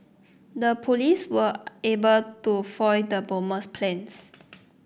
the police were able to foil the bomber's plans